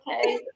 okay